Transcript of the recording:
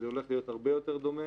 זה הולך להיות הרבה יותר דומה.